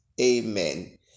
amen